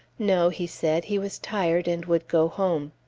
no, he said he was tired and would go home.